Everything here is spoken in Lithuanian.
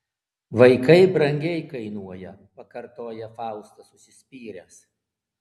vaikai brangiai kainuoja pakartoja faustas užsispyręs